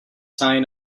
sign